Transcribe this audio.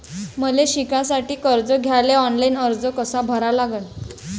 मले शिकासाठी कर्ज घ्याले ऑनलाईन अर्ज कसा भरा लागन?